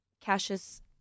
Cassius